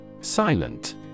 Silent